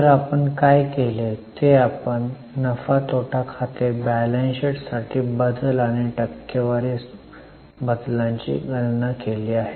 तर आपण काय केले ते आपण नफा तोटा खाते बॅलन्स शीट साठी बदल आणि टक्केवारी बदलांची गणना केली आहे